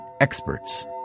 experts